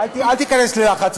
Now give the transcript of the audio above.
תיכנס ללחץ,